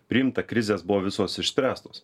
priimta krizės buvo visos išspręstos